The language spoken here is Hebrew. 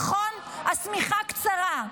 נכון, השמיכה קצרה.